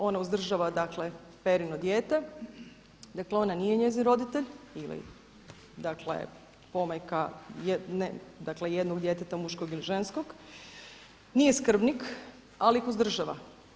Ona uzdržava dakle Perino dijete, dakle ona nije njezin roditelj ili dakle pomajka dakle jednog djeteta muškog ili ženskog, nije skrbnik ali ih uzdržava.